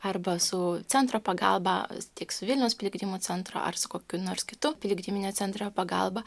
arba su centro pagalba tiek su vilniaus piligrimų centro ar su kokiu nors kitu piligriminio centro pagalba